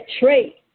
trait